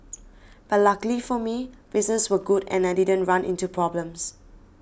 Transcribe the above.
but luckily for me business was good and I didn't run into problems